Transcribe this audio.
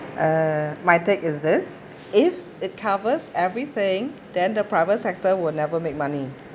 uh my take is this if it covers everything then the private sector would never make money